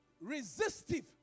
resistive